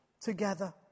together